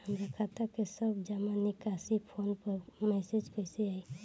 हमार खाता के सब जमा निकासी फोन पर मैसेज कैसे आई?